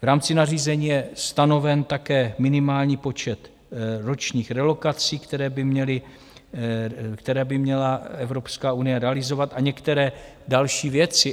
V rámci nařízení je stanoven také minimální počet ročních relokací, které by měla Evropská unie realizovat, a některé další věci.